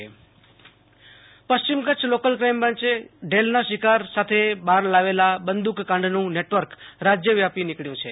Ashutosh Antani Kutch ATS હથિયાર પશ્ચિમ Kutch local crime બ્રાંચે ઢેલના શિકાર સાથે બહાર લાવેલા બંદૂકકાંડનું નેટવર્ક રાજ્ય વ્યાપી નીકળ્યું છે